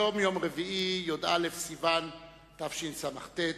היום יום רביעי, י"א בסיוון התשס"ט,